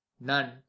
none